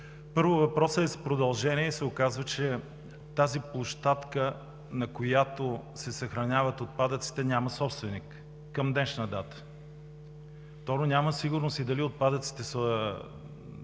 Първо, въпросът е с продължение и се оказва, че тази площадка, на която се съхраняват отпадъците, няма собственик към днешна дата. Няма сигурност дали отпадъците са